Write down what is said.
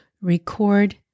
record